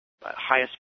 highest